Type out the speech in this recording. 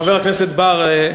חבר הכנסת בר,